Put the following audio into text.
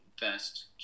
best